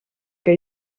que